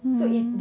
mm